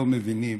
לא מבינים